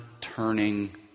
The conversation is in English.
turning